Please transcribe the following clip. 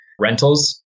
rentals